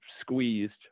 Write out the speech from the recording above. squeezed